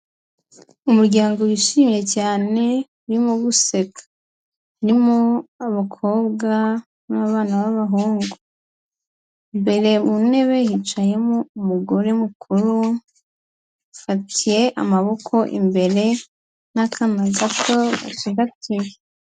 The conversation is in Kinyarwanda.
Umuryango wishimye cyane urimo guseka; harimo abakobwa n'abana b'abahungu. Imbere mu ntebe yicayemo umugore mukuru afashe amaboko imbere n'akana gato gacigatiye akantu.